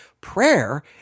Prayer